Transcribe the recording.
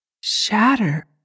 Shatter